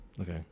Okay